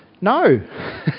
No